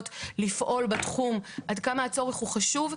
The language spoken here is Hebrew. לפעול בתחום עד כמה הצורך הוא חשוב,